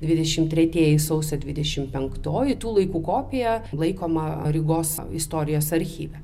dvidešimt tretieji sausio dvidešimt penktoji tų laikų kopija laikoma rygos istorijos archyve